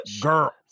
Girl